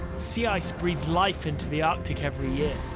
sea ice breathes life into the arctic every year.